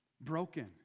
broken